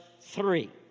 three